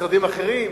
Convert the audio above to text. למשרדים אחרים.